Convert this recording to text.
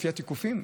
לפי התיקופים,